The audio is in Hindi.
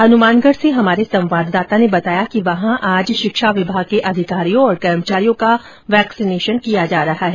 हनुमानगढ़ से हमारे संवाददाता ने बताया कि वहां आज शिक्षा विभाग के अधिकारियों और कर्मचारियों का वैक्सीनेशन किया जा रहा है